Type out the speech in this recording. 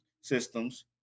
systems